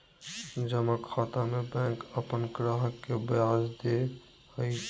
जमा खाता में बैंक अपन ग्राहक के ब्याज दे हइ